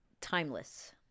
timeless